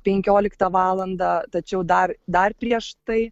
penkioliktą valandą tačiau dar dar prieš tai